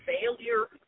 failure